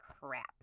crap